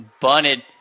bunted